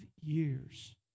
years